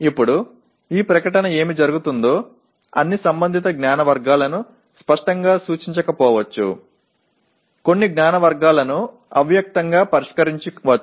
இப்போது இந்த அறிக்கை என்ன நடக்கிறது சம்பந்தப்பட்ட அனைத்து அறிவு வகைகளையும் வெளிப்படையாகக் குறிக்கலாம் அல்லது குறிப்பிடக்கூடாது